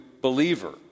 believer